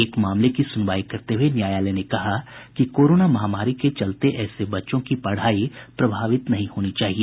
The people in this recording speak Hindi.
एक मामले की सुनवाई करते हुए न्यायालय ने कहा कि कोरोना महामारी के चलते ऐसे बच्चों की पढ़ाई प्रभावित नहीं होनी चाहिए